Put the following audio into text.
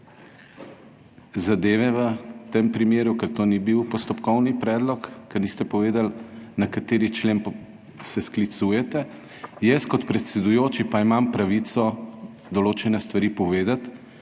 zadeve v tem primeru, ker to ni bil postopkovni predlog, ker niste povedali, na kateri člen se sklicujete. Jaz kot predsedujoči pa imam pravico določene stvari povedati